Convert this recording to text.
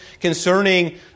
concerning